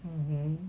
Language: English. mmhmm